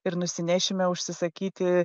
ir nusinešime užsisakyti